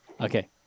Okay